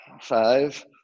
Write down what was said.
Five